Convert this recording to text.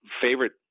favorite